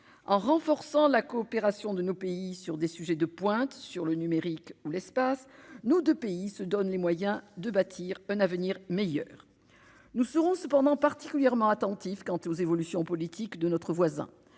en renforçant la coopération de nos pays, sur des sujets de pointe sur le numérique ou l'espace nous deux pays se donne les moyens de bâtir un avenir meilleur, nous serons cependant particulièrement attentifs quant aux évolutions politiques de notre voisin,